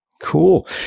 Cool